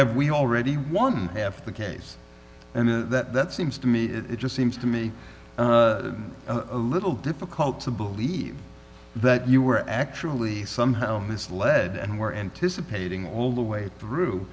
have we already won half the case and that seems to me it just seems to me a little difficult to believe that you were actually somehow misled and were anticipating all the way through